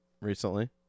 recently